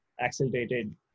accelerated